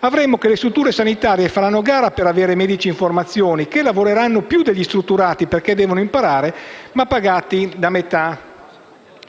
Avremo che le strutture sanitarie faranno a gara per avere medici in formazione, che lavoreranno più degli strutturati, perché devono imparare, ma pagati la metà.